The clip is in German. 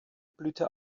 blühte